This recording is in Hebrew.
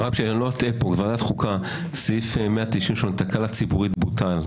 ועדת חוקה, סעיף 193, תקלה ציבורית, בוטל.